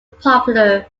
popular